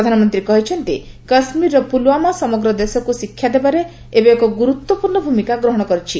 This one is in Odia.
ପ୍ରଧାନମନ୍ତ୍ରୀ କହିଛନ୍ତି କାଶ୍ମୀରର ପୁଲଓ୍ୱାମା ସମଗ୍ର ଦେଶକୁ ଶିକ୍ଷା ଦେବାରେ ଏବେ ଏକ ଗୁରୁତ୍ୱପୂର୍ଣ୍ଣ ଭୂମିକା ଗ୍ରହଣ କରିଛି